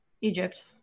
egypt